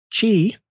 Chi